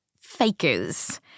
fakers